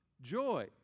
joy